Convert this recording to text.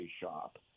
shop